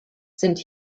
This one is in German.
sind